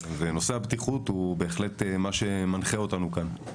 נושא הבטיחות הוא בהחלט מה שמנחה אותנו כאן.